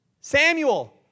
Samuel